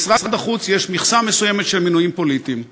במשרד החוץ יש מכסה מסוימת של מינויים פוליטיים.